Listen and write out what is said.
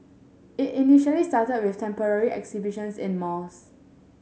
it initially started with temporary exhibitions in malls